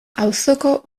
auzoko